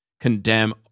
condemn